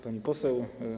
Pani Poseł!